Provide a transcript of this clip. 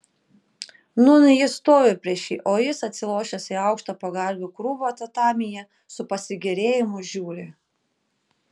nūn ji stovi prieš jį o jis atsilošęs į aukštą pagalvių krūvą tatamyje su pasigėrėjimu žiūri